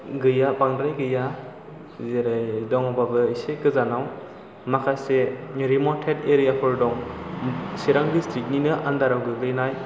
गैया बांद्राय गैया जेरै दङबाबो एसे गोजानाव माखासे रिमटेड एरियाफोर दं सिरां डिसट्रिक्टनिनो आनदाराव गोग्लैनाय